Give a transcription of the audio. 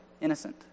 innocent